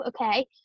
okay